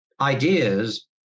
ideas